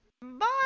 Bye